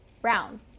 Brown